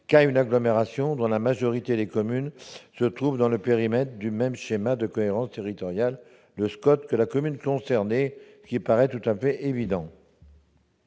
qu'à une agglomération dont la majorité des communes se trouvent dans le périmètre du même schéma de cohérence territoriale que la commune concernée. Cela paraît l'évidence